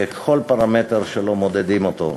בכל פרמטר שמודדים אותו,